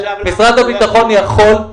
משרד הביטחון יכול,